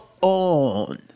on